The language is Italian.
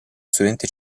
studente